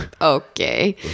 Okay